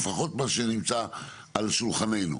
לפחות מה שנמצא על שולחננו.